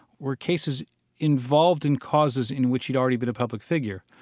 were cases involved in causes in which he'd already been a public figure.